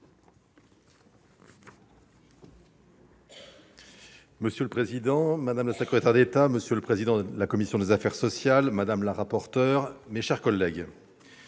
Monsieur le président, madame la secrétaire d'État, monsieur le président de la commission des affaires sociales, madame la rapporteur, mes chers collègues,